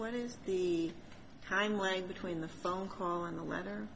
what is the time line between the phone call and the letter